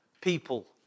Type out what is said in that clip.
people